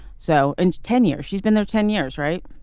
so in ten years she's been there ten years. right.